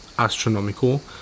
astronomical